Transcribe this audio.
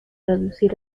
reducir